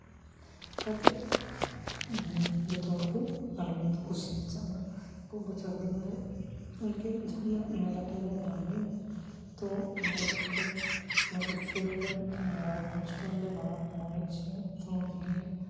ᱠᱟᱛᱮᱫ ᱡᱚᱛᱚ ᱦᱚᱲ ᱠᱚ ᱟᱱᱚᱱᱫᱚ ᱠᱩᱥᱤ ᱫᱷᱟᱪᱟᱜ ᱢᱟ ᱵᱚᱪᱷᱚᱨ ᱫᱤᱱ ᱨᱮ ᱤᱱᱠᱟᱹ ᱡᱟᱦᱟᱱᱟᱜ ᱢᱮᱞᱟᱼᱴᱮᱞᱟ ᱵᱟᱝ ᱦᱩᱭᱩᱜᱚᱜᱼᱟ ᱛᱚ ᱚᱱᱟ ᱞᱮᱠᱟᱛᱮ ᱱᱚᱰᱮ ᱠᱷᱮᱞ ᱫᱚ ᱢᱤᱫᱴᱟᱝ ᱢᱟᱨᱟᱝ ᱚᱱᱩᱥᱴᱷᱟᱱ ᱞᱮ ᱢᱟᱱᱟᱣ ᱚᱪᱚᱭᱟ ᱦᱚᱸᱜᱼᱚ ᱱᱤᱭᱟᱹ